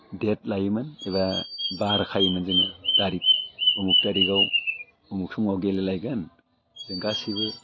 date लायोमोन एबा बार खायोमोन जोङो तारिक अमुक तारिकाव अमुक समाव गेलेलायगोन जों गासैबो